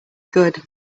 good